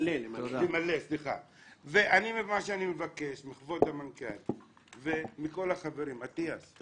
מה שאני מבקש מכבוד המנכ"ל ומכל החברים אטיאס,